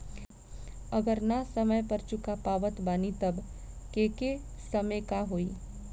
अगर ना समय पर चुका पावत बानी तब के केसमे का होई?